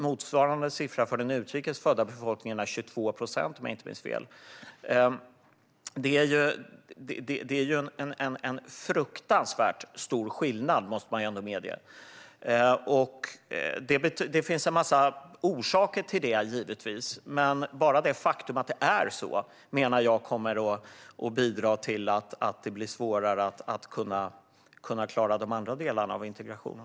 Motsvarande siffra för den utrikes födda befolkningen är 22 procent, om jag inte minns fel. Det är en fruktansvärt stor skillnad, måste man medge. Det finns givetvis en massa orsaker till detta, men bara det faktum att det är så menar jag kommer att bidra till att det blir svårare att klara de andra delarna av integrationen.